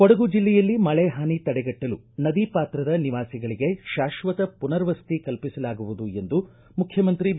ಕೊಡಗು ಜಿಲ್ಲೆಯಲ್ಲಿ ಮಳೆ ಹಾನಿ ತಡೆಗಟ್ಟಲು ನದಿ ಪಾತ್ರದ ನಿವಾಸಿಗಳಿಗೆ ಶಾಶ್ವತ ಮನರ್ವಸತಿ ಕಲ್ಪಿಸಲಾಗುವುದು ಎಂದು ಮುಖ್ಯಮಂತ್ರಿ ಬಿ